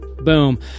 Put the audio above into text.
boom